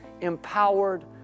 empowered